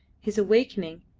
his awakening,